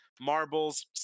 marbles